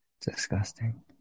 Disgusting